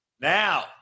Now